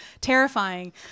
terrifying